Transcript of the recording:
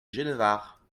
genevard